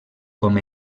com